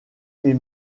met